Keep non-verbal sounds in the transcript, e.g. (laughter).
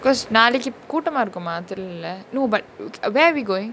cause நாளைக்கு கூட்டமா இருக்குமா தெரிலல:naalaiku kootamaa irukumaa therilala no but (noise) where are we going